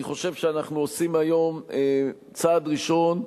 אני חושב שאנחנו עושים היום צעד ראשון,